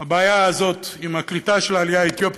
הבעיה הזאת עם הקליטה של העלייה האתיופית,